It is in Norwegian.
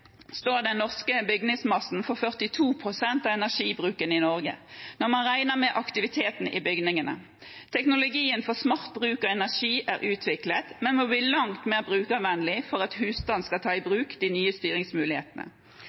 står den norske bygningsmassen for 42 pst. av energibruken i Norge når man regner med aktiviteten i bygningene. Teknologien for smart bruk av energi er utviklet, men må bli langt mer brukervennlige for at husstander skal ta i bruk de nye styringsmulighetene.